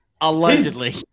allegedly